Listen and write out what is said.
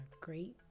great